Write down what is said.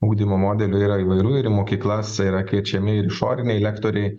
ugdymo modelių yra įvairių ir į mokyklas yra kviečiami ir išoriniai lektoriai